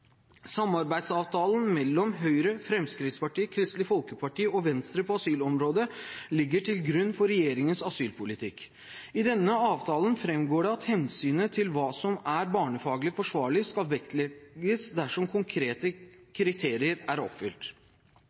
Samarbeidsavtalen mellom Høyre, Fremskrittspartiet, Kristelig Folkeparti og Venstre på asylområdet ligger til grunn for regjeringens asylpolitikk. I denne avtalen framgår det at hensynet til hva som er barnefaglig forsvarlig, skal vektlegges dersom konkrete kriterier er oppfylt.